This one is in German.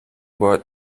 word